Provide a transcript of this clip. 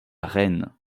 rennes